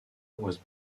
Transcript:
was